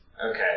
Okay